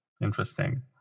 interesting